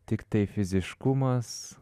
tiktai fiziškumas